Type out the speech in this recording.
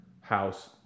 house